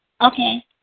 Okay